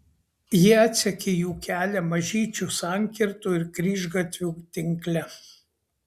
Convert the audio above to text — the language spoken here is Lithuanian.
ji atsekė jų kelią mažyčių sankirtų ir kryžgatvių tinkle